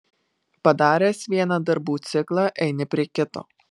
padaręs vieną darbų ciklą eini prie kito